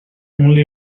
only